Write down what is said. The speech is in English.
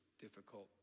difficult